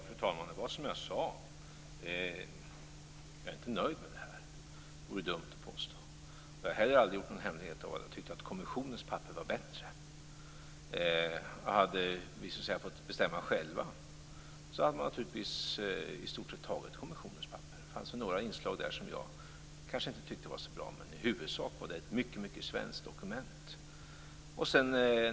Fru talman! Det var som jag sade. Jag är inte nöjd med det här. Det vore dumt att påstå. Jag har heller aldrig gjort någon hemlighet av att jag tyckte att kommissionens papper var bättre. Hade vi fått bestämma själva hade vi naturligtvis i stort sett antagit kommissionens papper. Det fanns några inslag som jag inte tyckte var så bra, men i huvudsak var det ett mycket svenskt dokument.